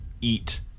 eat